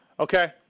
Okay